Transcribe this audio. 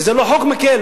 וזה לא חוק מקל.